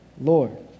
Lord